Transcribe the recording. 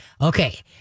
okay